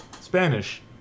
Spanish